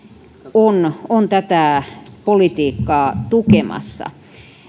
on on tätä politiikkaa tukemassa